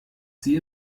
sie